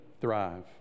thrive